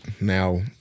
now